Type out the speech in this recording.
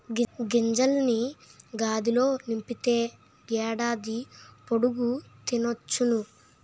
గింజల్ని గాదిలో నింపితే ఏడాది పొడుగు తినొచ్చును